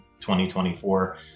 2024